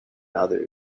others